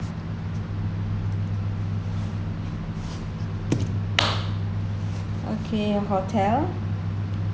okay hotel